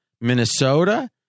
Minnesota